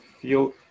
feel